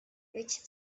each